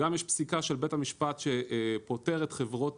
יש גם פסיקה של בית המשפט שפוטרת חברות